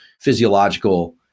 physiological